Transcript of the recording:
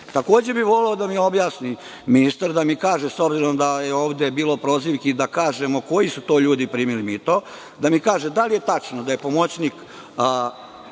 ljude. Takođe, bih voleo da mi objasni ministar, da mi kaže, s obzirom da je ovde bilo prozivki, koji su to ljudi primili mito? Da mi kaže - da li je tačno da je pomoćnik